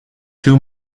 two